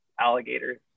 alligators